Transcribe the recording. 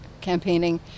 campaigning